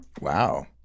Wow